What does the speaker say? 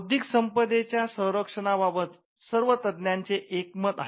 बौद्धिक संपदेच्या संरक्षण बाबत सर्व तंज्ञाचे एक मत आहे